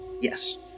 Yes